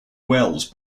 wells